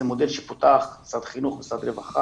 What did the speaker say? זה מודל שפותח על ידי משרד החינוך, משרד הרווחה,